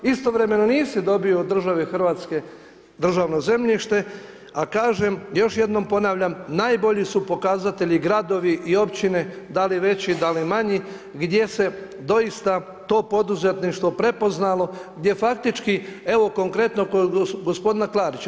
Istovremeno nisi dobio od države Hrvatske državno zemljište, a kažem, još jednom ponavljam najbolji su pokazatelji gradovi i općine da li veći, da li manji gdje se doista to poduzetništvo prepoznalo, gdje faktički evo konkretno kod gospodina Klarića.